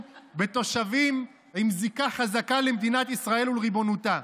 בתושבים עם זיקה חזקה למדינת ישראל ולריבונותה.